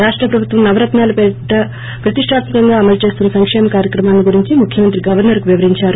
రాష్ట ప్రభుత్వం నవరత్సాల పేరిట ప్రతిష్టాత్మకంగా అమలు చేస్తున్న సంకేమ కార్యక్రమాలను గురించి ముఖ్యమంత్రి గవర్స ర్కు వివరించారు